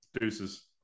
Deuces